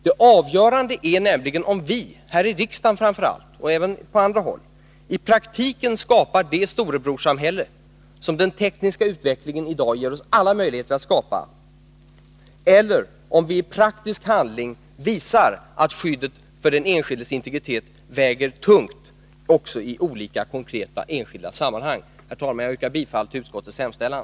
Det avgörande är nämligen om vi — här i riksdagen framför allt, men även på andra håll — i praktiken skapar det Storebrorssamhälle som den tekniska utvecklingen i dag ger oss alla möjligheter att skapa, eller om vi i praktisk handling visar att skyddet för den enskildes integritet väger tungt också i olika konkreta sammanhang. Herr talman! Jag yrkar bifall till utskottets hemställan.